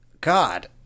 God